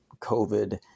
COVID